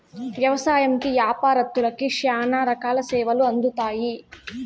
వ్యవసాయంకి యాపారత్తులకి శ్యానా రకాల సేవలు అందుతాయి